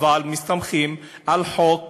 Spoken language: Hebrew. אבל מסתמכים על חוק